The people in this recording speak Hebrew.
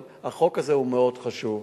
אבל החוק הזה הוא מאוד חשוב.